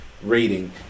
Rating